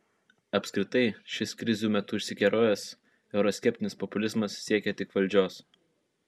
apskritai šis krizių metu iškerojęs euroskeptinis populizmas siekia tik valdžios